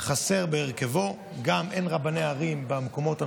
חסר בהרכבו, גם אין רבני ערים במקומות המרכזיים,